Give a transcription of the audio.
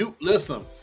Listen